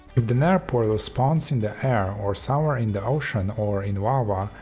if the nether portal spawns in the air or somewhere in the ocean or in lava,